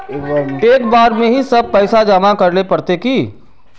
एक बार में ही सब पैसा जमा करले पड़ते की?